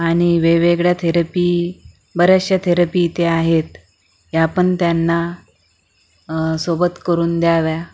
आणि वेगवेगळ्या थेरपी बऱ्याचशा थेरपी इथे आहेत या पण त्यांना सोबत करून द्याव्यात